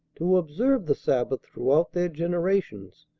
to observe the sabbath throughout their generations,